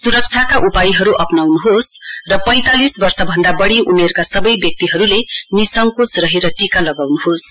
सुरक्षाका सबै उपायहरु अप्राउनुहोस र पैंतालिस वर्षभन्दा बढ़ी उमेरका सबै व्यक्तिहरुले निसङ्कोच भएर टीका लगाउनुहोस